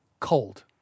Cold